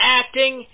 acting